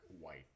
White